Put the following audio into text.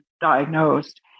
diagnosed